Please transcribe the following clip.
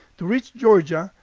to reach georgia,